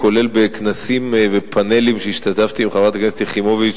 כולל בכנסים ופאנלים שהשתתפתי בהם עם חברת הכנסת יחימוביץ,